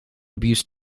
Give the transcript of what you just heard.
abuse